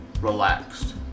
relaxed